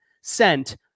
sent